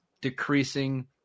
decreasing